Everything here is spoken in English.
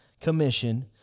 Commission